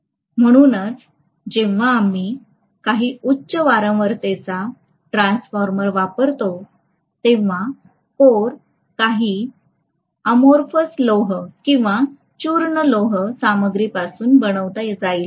म्हणूनच जेव्हा आम्ही काही उच्च वारंवारतेचा ट्रान्सफॉर्मर वापरतो तेव्हा कोर काही अमोर्फस लोह किंवा चूर्ण लोह सामग्रीपासून बनविला जाईल